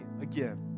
again